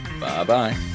Bye-bye